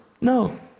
No